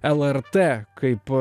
lrt kaip